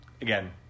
again